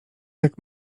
tak